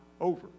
over